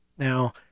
Now